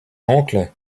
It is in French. oncle